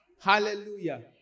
Hallelujah